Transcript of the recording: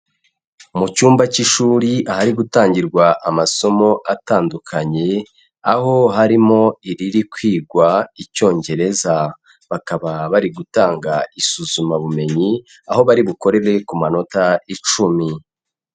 Mu cyumba cy'ishuri ahari gutangirwa amasomo atandukanye, aho harimo iriri kwigwa Icyongereza bakaba bari gutanga isuzumabumenyi, aho bari bukorere ku manota icumi.